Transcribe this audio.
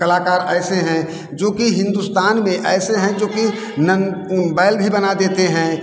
कलाकार ऐसे हैं जो कि हिंदुस्तान में ऐसे हैं जो कि नन्द बैल भी बना देते हैं